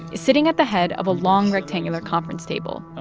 is sitting at the head of a long rectangular conference table. ah